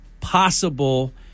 possible